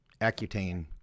Accutane